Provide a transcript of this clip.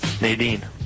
Nadine